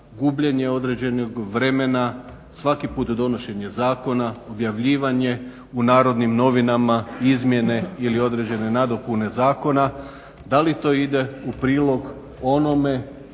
gubljenje određenog vremena svaki put donošenje zakona, objavljivanje u Narodnim novinama, izmjene ili određene nadopune zakona, da li to ide u prilog onome